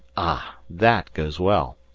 ah! that goes well.